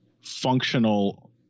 functional